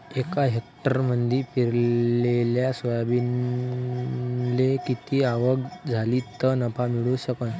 एका हेक्टरमंदी पेरलेल्या सोयाबीनले किती आवक झाली तं नफा मिळू शकन?